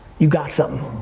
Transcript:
you got something.